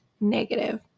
negative